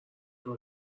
توی